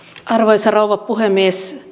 arvoisa rouva puhemies